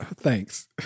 thanks